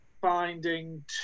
finding